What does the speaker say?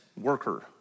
worker